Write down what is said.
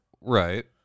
right